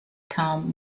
tom